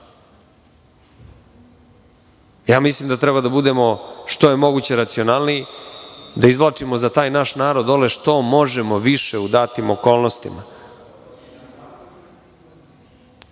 Mislim da treba da budemo što je moguće racionalniji, da izvlačimo za taj naš narod dole, što možemo više u datim okolnostima.